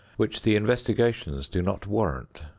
which the investigations do not warrant,